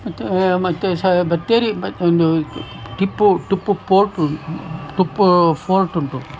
ಮತ್ತೇ ಮತ್ತೆ ಸ ಬತ್ತೇರಿ ಬ ಒಂದೂ ಟಿಪ್ಪು ಟಿಪ್ಪು ಪೋರ್ಟ್ ಉ ಟಿಪ್ಪು ಫೋರ್ಟ್ ಉಂಟು